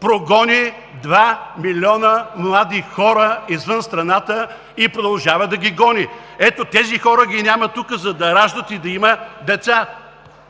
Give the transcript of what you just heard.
прогони 2 милиона млади хора извън страната и продължава да ги гони. Ето тези хора ги няма тук, за да раждат и да има деца.